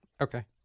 Okay